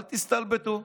אל תסתלבטו.